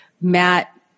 Matt